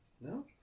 No